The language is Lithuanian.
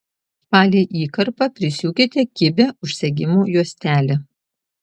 palei įkarpą prisiūkite kibią užsegimo juostelę